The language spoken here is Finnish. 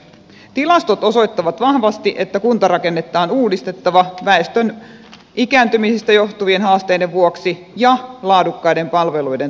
tilastot osoittavat vahvasti että kuntarakennetta on uudistettava väestön ikääntymisestä johtuvien haasteiden vuoksi ja laadukkaiden palveluiden turvaamiseksi